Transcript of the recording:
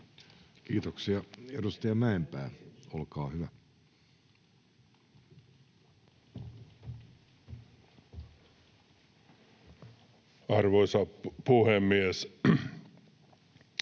Kiitoksia. — Edustaja Mäenpää, olkaa hyvä. [Speech